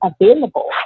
available